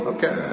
Okay